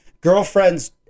girlfriend's